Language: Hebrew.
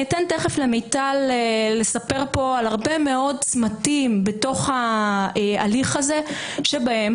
אתן למיטל לספר פה על הרבה מאוד צמתים בתוך ההליך הזה שבהם